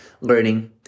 learning